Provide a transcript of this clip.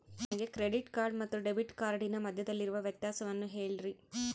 ನನಗೆ credit card ಮತ್ತು debit ಕಾರ್ಡಿನ ಮಧ್ಯದಲ್ಲಿರುವ ವ್ಯತ್ಯಾಸವನ್ನು ಹೇಳ್ರಿ?